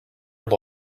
look